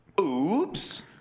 Oops